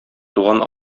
туган